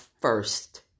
first